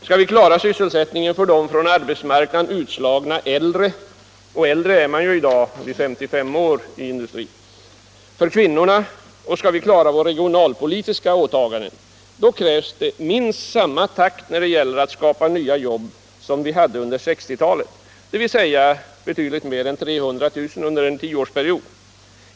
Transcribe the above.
Skall vi klara sysselsättningen för de från arbetsmarknaden utslagna äldre — äldre är man i dag inom industrin redan vid 55 år — och för kvinnorna och skall vi klara våra regionalpolitiska åtaganden, krävs minst samma takt när det gäller att skapa nya jobb som under 1960-talet, dvs. mer än 300 000 under en tioårsperiod.